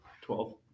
twelve